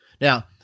Now